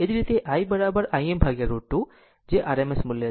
એ જ રીતે I Im √ 2 RMS મૂલ્ય